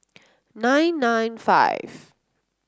nine nine five